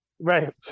Right